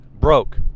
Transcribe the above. broke